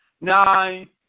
nine